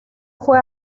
fue